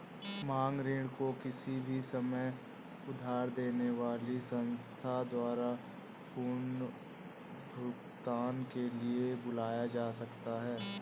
मांग ऋण को किसी भी समय उधार देने वाली संस्था द्वारा पुनर्भुगतान के लिए बुलाया जा सकता है